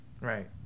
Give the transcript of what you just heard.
Right